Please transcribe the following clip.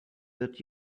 that